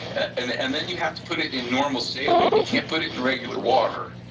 and and then you have to put it in normal saline, you can't put it in regular water.